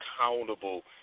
accountable